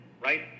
right